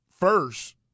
first